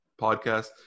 podcast